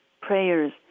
prayers